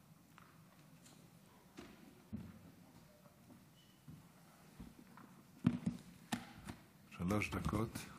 שלוש דקות.